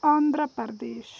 Andhra Pradesh